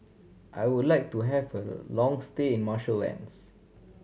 I would like to have a long stay in Marshall Islands